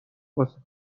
واسه